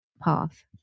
path